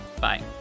Bye